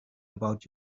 about